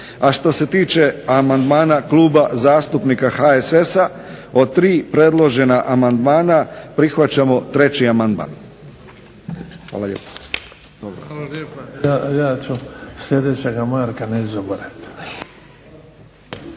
A što se tiče amandmana Kluba zastupnika HSS-a, od tri predložena amandmana prihvaćamo treći amandman. Hvala lijepo. **Bebić, Luka (HDZ)**